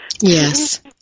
Yes